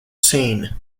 scene